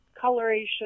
coloration